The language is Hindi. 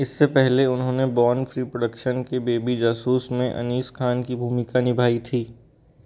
इससे पहले उन्होंने बॉर्न फ़्री प्रोडक्शन के बेबी जासूस में अनीस खान की भूमिका निभाई थी